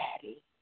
Daddy